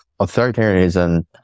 authoritarianism